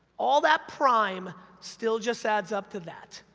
all that prime still just adds up to that.